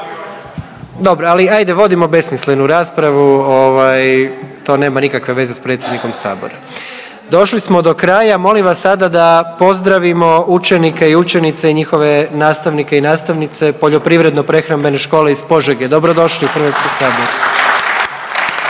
Dobro, ali ajde vodimo besmislenu raspravu, ovaj to nema nikakve veze s predsjednikom sabora. Došli smo do kraja, molim vas sada da pozdravimo učenike i učenice i njihove nastavnike i nastavnice Poljoprivredno-prehrambene škole iz Požege. Dobro došli u HS! …/Pljesak/….